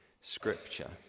scripture